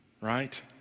right